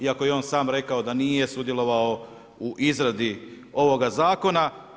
Iako je on sam rekao da nije sudjelovao u izradi ovoga zakona.